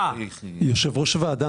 יושב ראש הוועדה,